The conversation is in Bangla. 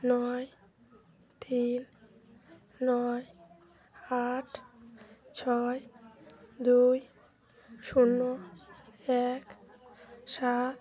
নয় তিন নয় আট ছয় দুই শূন্য এক সাত